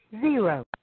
Zero